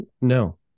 No